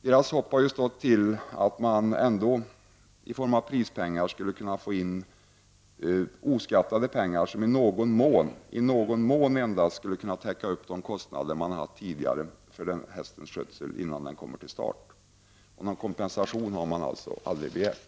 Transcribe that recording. Deras hopp har stått till att de i form av prispengar skulle kunna få in oskattade pengar som i någon mån skulle kunna täcka de kostnader de har haft för hästens skötsel innan den kom till start. Någon kompensation har man således aldrig begärt.